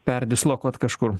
perdislokuot kažkur